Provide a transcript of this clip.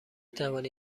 توانید